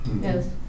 Yes